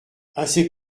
assez